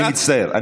אני מצטער.